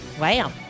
Wow